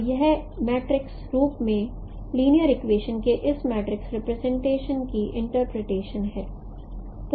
तो यह मैट्रिक्स रूप में लिनियर इक्वेशन के इस मैट्रिक्स रिप्रेजेंटेशन की इंटरप्रटेशन है